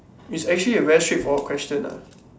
is actually a very straightforward question ah